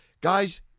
guys